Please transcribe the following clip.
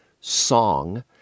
song